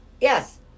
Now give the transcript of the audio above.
Yes